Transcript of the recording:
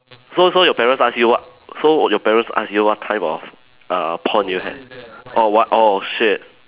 so so your parents ask you what so your parents ask you what type of err porn do you have orh what orh shit